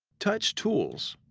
touch tools.